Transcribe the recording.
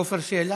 עפר שלח,